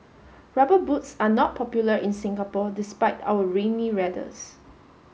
rubber boots are not popular in Singapore despite our rainy weathers